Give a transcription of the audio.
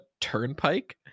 turnpike